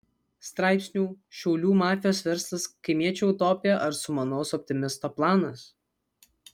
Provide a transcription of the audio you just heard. straipsnių šiaulių mafijos verslas kaimiečio utopija ar sumanaus optimisto planas